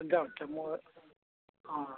हुन्छ हुन्छ म